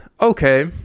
okay